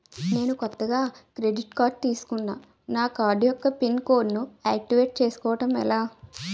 నేను కొత్తగా credit card తిస్కున్నా నా కార్డ్ యెక్క పిన్ కోడ్ ను ఆక్టివేట్ చేసుకోవటం ఎలా?